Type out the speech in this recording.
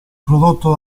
prodotto